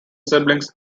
siblings